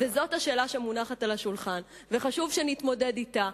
וזאת השאלה שמונחת על השולחן, וחשוב שנתמודד אתה.